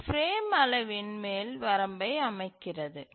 இது பிரேம் அளவின் மேல் வரம்பை அமைக்கிறது